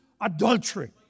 adultery